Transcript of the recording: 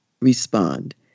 respond